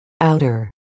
outer